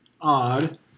Odd